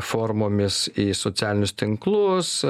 formomis į socialinius tinklus